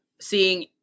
seeing